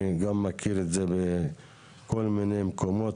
אני מכיר את זה בכל מיני מקומות,